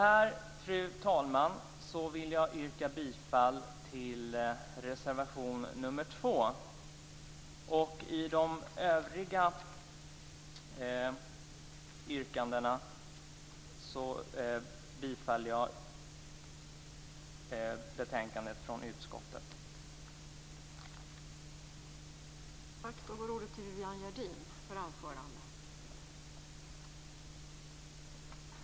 Med det anförda vill jag yrka bifall till reservation 2, och i övrigt yrkar jag bifall till hemställan i utskottets betänkande.